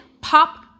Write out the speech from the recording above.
pop